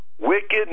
wicked